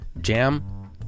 Jam